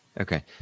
Okay